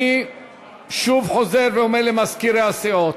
אני שוב חוזר ואומר למזכירי הסיעות,